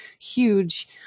huge